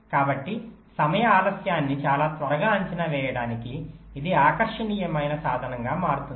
కాబట్టి సమయ ఆలస్యాన్ని చాలా త్వరగా అంచనా వేయడానికి ఇది ఆకర్షణీయమైన సాధనంగా మారుతుంది